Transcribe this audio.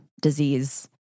disease